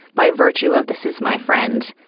by virtue of this is my friend.